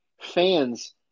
fans